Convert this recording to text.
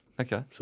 Okay